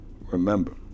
remember